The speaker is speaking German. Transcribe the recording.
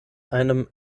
einem